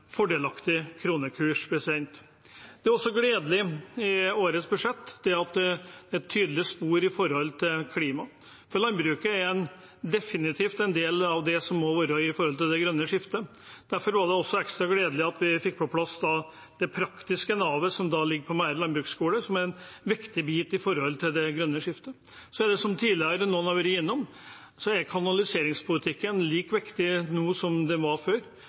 fordelaktig kronekurs. Det er også gledelig at det i årets budsjett er tydelige spor av klima. Landbruket må definitivt være en del av det grønne skiftet. Derfor var det ekstra gledelig at vi også fikk på plass det praktiske navet som ligger på Mære landbruksskole, som er en viktig del av det grønne skiftet. Som noen tidligere har vært innom, er kanaliseringspolitikken like viktig nå som den var før.